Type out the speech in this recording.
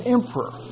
Emperor